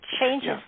changes